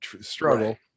struggle